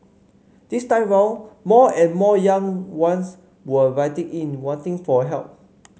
this time round more and more young ones were writing in wanting for help